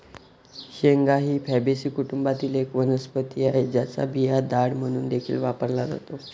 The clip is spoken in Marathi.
शेंगा ही फॅबीसी कुटुंबातील एक वनस्पती आहे, ज्याचा बिया डाळ म्हणून देखील वापरला जातो